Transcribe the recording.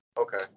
Okay